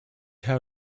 how